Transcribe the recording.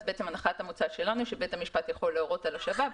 אז הנחת המוצא שלנו היא שבית המשפט יכול להורות על השבה,